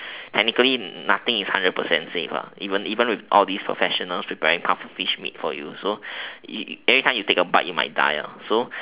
and technically nothing is one hundred percent safe lah even with all these professional preparing pufferfish meat for you so anytime you take a bite you might die lah so